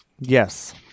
Yes